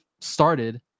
started